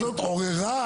לאזרח.